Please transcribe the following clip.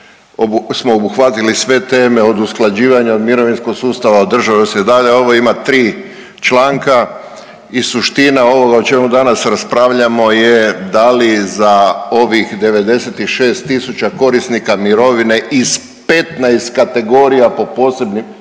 smo obuhvatili sve teme od usklađivanja, od mirovinskog sustava od …/Govornik se ne razumije./… a ovo ima tri članka i suština ovoga o čemu danas raspravljamo je da li za ovih 96 tisuća korisnika mirovine iz 15 kategorija po posebnim,